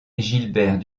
gilbert